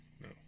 no